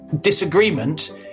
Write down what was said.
disagreement